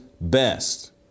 best